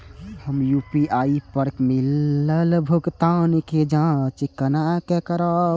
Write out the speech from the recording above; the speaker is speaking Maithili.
हम यू.पी.आई पर मिलल भुगतान के जाँच केना करब?